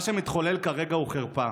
מה שמתחולל כרגע הוא חרפה.